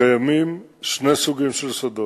קיימים שני סוגים של שדות: